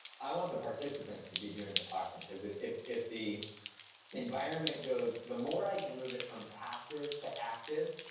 i want the participants to be doing the talking, cause if if if the environment goes the more i can move it from passive to active,